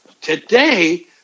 today